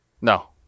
No